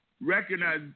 recognize